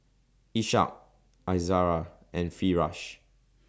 Ishak Izara and Firash